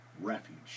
refuge